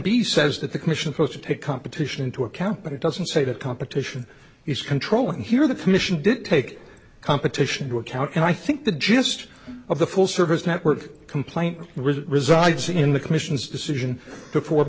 b says that the commission posed to take competition into account but it doesn't say that competition is controlling here the commission did take competition to account and i think the gist of the full service network complaint resides in the commission's decision to for